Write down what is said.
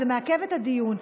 זה מעכב את הדיון.